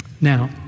Now